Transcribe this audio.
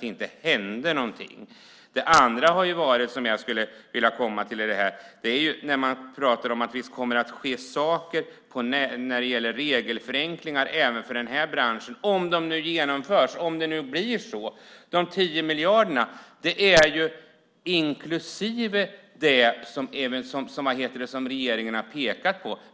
det inte hände någonting. Det andra som jag skulle vilja ta upp är att man talar om att det kommer att ske regelförenklingar även för denna bransch, om de nu genomförs, och om det nu blir så. De 10 miljarderna är ju inklusive det som regeringen har pekat på.